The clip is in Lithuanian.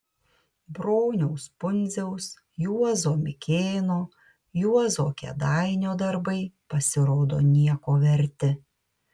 broniaus pundziaus juozo mikėno juozo kėdainio darbai pasirodo nieko verti